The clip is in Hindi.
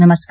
नमस्कार